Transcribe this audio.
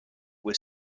was